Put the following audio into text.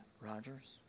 Rogers